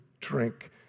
drink